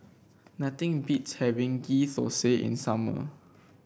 nothing beats having Ghee Thosai in summer